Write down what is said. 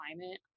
climate